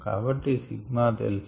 కాబాట్టి ε తెలుసు